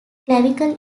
clavicle